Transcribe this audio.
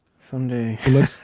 someday